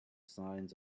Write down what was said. signs